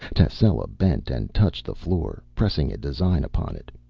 tascela bent and touched the floor, pressing a design upon it.